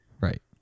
Right